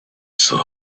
saw